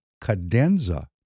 cadenza